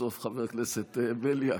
סוף-סוף חבר הכנסת בליאק,